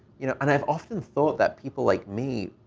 you know, and i've often thought that people like me,